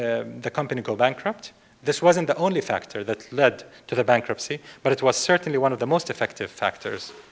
make the company go bankrupt this wasn't the only factor that led to the bankruptcy but it was certainly one of the most effective factors